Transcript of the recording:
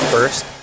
First